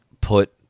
put